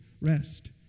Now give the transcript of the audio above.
rest